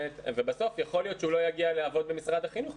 ובסוף יכול להיות שהוא לא יגיע לעבוד במשרד החינוך.